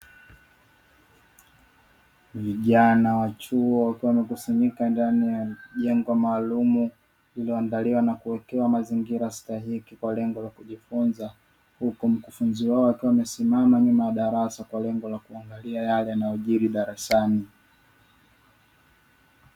Vijana wa chuo wakiwa wamekusanyika ndani ya jengo maalumu, lililoandaliwa na kuwekewa mazingira stahiki kwa lengo la kujifunza; huku mkufunzi wao akiwa amesamama nyuma ya darasa kwa lengo la kuangalia yale yanayojiri darasani.